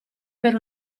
per